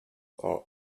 are